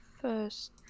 first